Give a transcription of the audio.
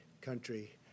country